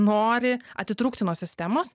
nori atitrūkti nuo sistemos